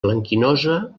blanquinosa